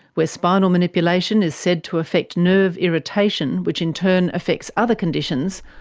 where spinal manipulation is said to affect nerve irritation which in turn affects other conditions,